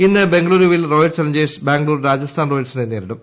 ഇന്ന് ബംഗുളുരുവിൽ റോയൽചലഞ്ചേഴ്സ് ബാംഗ്ലൂർ രാജസ്ഥാൻ റോയൽസിനെ നേരിടും